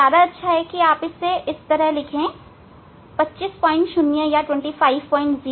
ज्यादा अच्छा है लिखें 250 300